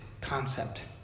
concept